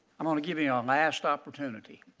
um and give you a um last opportunity